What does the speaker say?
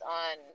on